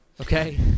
Okay